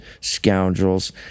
scoundrels